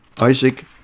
Isaac